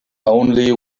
only